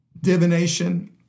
Divination